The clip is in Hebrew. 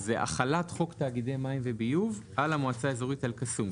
זה החלת חוק תאגידי מים וביוב על המועצה האזורית אל קסום.